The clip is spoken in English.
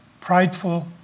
prideful